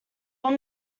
what